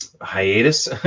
hiatus